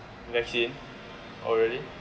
vaccine oh really